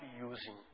using